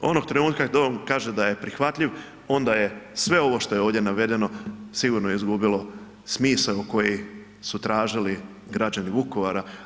Onog trenutka da on kaže da je prihvatljiv onda je sve ovo što je ovdje navedeno sigurno izgubilo smisao koji su tražili građani Vukovara.